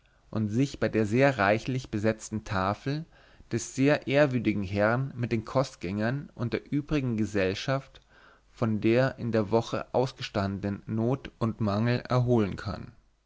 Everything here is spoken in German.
und sich bei der sehr reichlich besetzten tafel des sehr ehrwürdigen herrn mit den kostgängern und der übrigen gesellschaft von der in der woche ausgestandenen not und mangel erholen kann